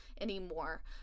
anymore